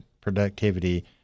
productivity